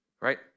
right